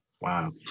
wow